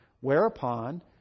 whereupon